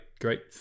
great